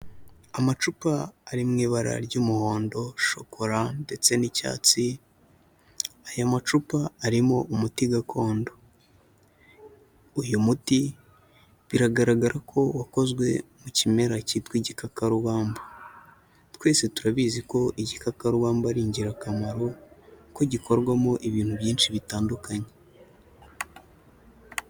Amacupa ari mu ibara ry'umuhondo, shokora ndetse n'icyatsi, aya macupa arimo umuti gakondo. Uyu muti biragaragara ko wakozwe mu kimera cyitwa igikakarubamba. Twese turabizi ko igikakarubamba ari ingirakamaro ko gikorwamo ibintu byinshi bitandukanye.